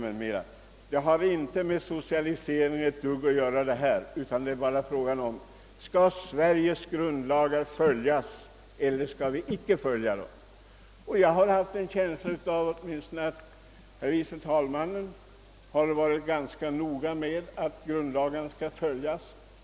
Det har inte ett dugg med socialisering att göra, utan det är bara fråga om huruvida Sveriges grundlag skall följas eller icke. Och jag har haft en känsla av att åtminstone herr förste vice talmannen varit ganska noga med att grundlagarna skall följas.